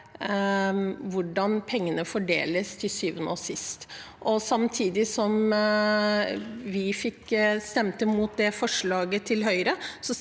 hvordan pengene fordeles til syvende og sist. Samtidig som vi stemte mot forslaget til Høyre,